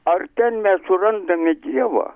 ar ten mes surandame dievą